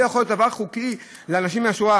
זה יכול להיות דבר חוקי לאנשים מהשורה?